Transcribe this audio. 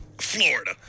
florida